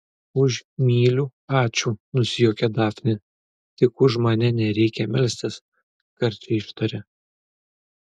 už myliu ačiū nusijuokė dafnė tik už mane nereikia melstis karčiai ištarė